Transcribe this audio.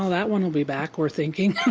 that one will be back we're thinking,